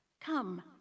Come